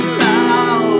now